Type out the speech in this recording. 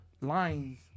lines